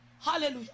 Hallelujah